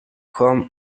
home